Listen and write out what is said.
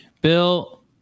Bill